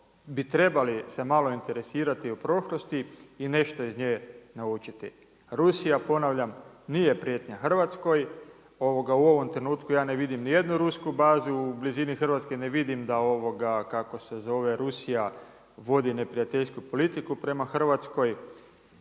bi trebali se malo interesirati o prošlosti i nešto iz nje naučiti. Rusija ponavljam nije prijetnja Hrvatskoj, u ovom trenutku ja ne vidim ni jednu rusku bazu u blizini Hrvatske, ne vidim da kako se zove Rusija vodi neprijateljsku politiku prema Hrvatskoj